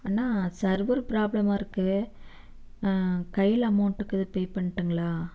அண்ணா server பிராபளமாக இருக்குது கையில் அமௌண்ட் இருக்குது பே பண்ணட்டும்ங்களா